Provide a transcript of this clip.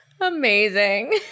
amazing